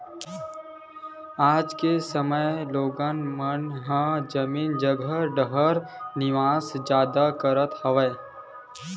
आज के समे म लोगन मन ह जमीन जघा डाहर निवेस जादा करत हवय